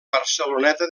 barceloneta